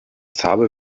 zabel